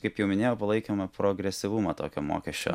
kaip jau minėjau palaikėme progresyvumą tokio mokesčio